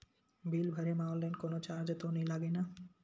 Bill भरे मा online कोनो चार्ज तो नई लागे ना?